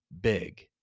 big